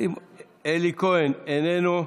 אלי כהן, איננו,